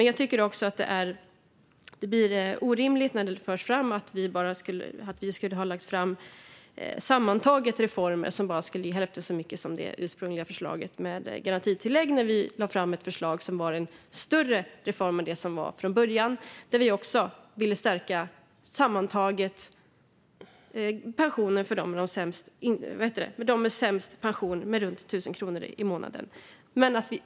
Jag tycker också att det blir orimligt när det framförs att vi skulle ha lagt fram reformer som sammantaget bara skulle ge hälften så mycket som det ursprungliga förslaget med garantitillägg. Vi lade fram ett förslag som innebar en större reform än vad som fanns från början och där vi ville stärka pensionerna för dem med lägst pension med runt 1 000 kronor i månaden.